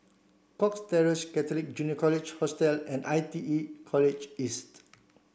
Cox Terrace Catholic Junior College Hostel and I T E College East